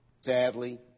Sadly